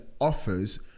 offers